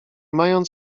mając